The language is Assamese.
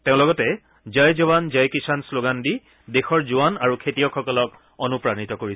তেওঁ লগতে জয় জোৱান জয় কিষাণ শ্ৰোগান দি দেশৰ জোৱান আৰু খেতিয়কসকলক অনুপ্ৰাণিত কৰিছিল